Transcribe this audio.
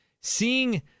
seeing